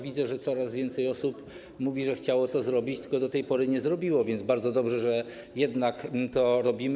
Widzę, że coraz więcej osób mówi, że chciało to zrobić, tylko do tej pory nie zrobiło, więc bardzo dobrze, że jednak to robimy.